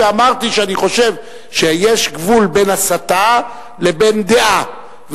ואמרתי שאני חושב שיש גבול בין הסתה לבין דעה,